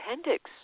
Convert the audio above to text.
appendix